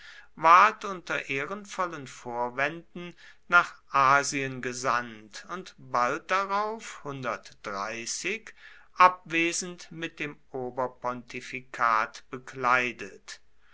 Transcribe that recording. ward unter ehrenvollen vorwänden nach asien gesandt und bald darauf abwesend mit dem oberpontifikat bekleidet